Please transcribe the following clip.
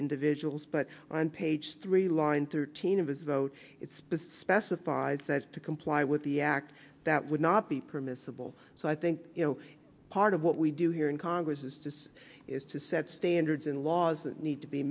individuals but on page three line thirteen of his vote it's perspective five says to comply with the act that would not be permissible so i think you know part of what we do here in congress is this is to set standards and laws that need to be